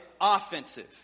offensive